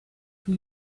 for